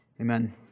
Amen